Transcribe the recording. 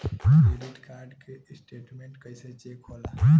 Credit card के statement कइसे check होला?